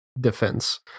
defense